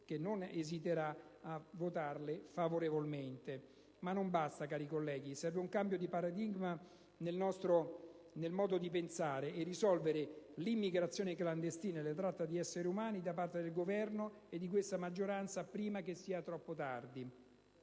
che non esisterà a votarle favorevolmente. Ma non basta, cari colleghi, serve un cambio di paradigma nel modo di pensare e risolvere l'immigrazione clandestina e la tratta di esseri umani da parte del Governo e di questa maggioranza, prima che sia troppo tardi.